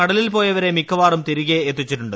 കടലിൽ പോയവരെ മിക്കവാറും തിരികെ എത്തിച്ചിട്ടുണ്ട്